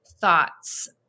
thoughts